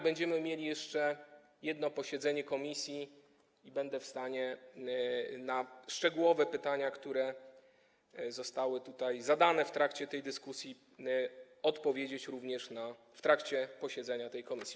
Będziemy mieli jeszcze jedno posiedzenie komisji i będę w stanie na szczegółowe pytania, które zostały tutaj zadane w trakcie tej dyskusji, odpowiedzieć również w trakcie posiedzenia tej komisji.